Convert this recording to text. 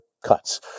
cuts